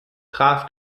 traf